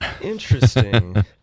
Interesting